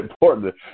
important